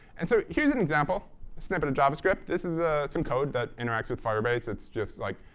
and so here's an example, a snippet of javascript. this is ah some code that interacts with firebase. it's just, like,